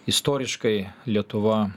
istoriškai lietuva